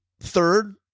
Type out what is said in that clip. third